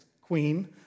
queen